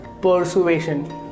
persuasion